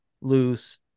loose